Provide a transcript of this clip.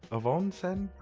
avauncen?